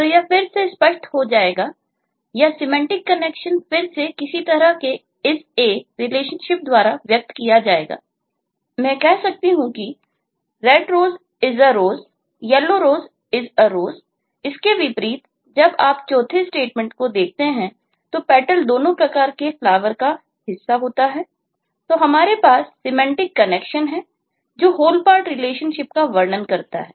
तो यह फिर से व्यक्त हो जाएगा यह सिमेंटीक कनेक्शन का वर्णन करता है